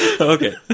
Okay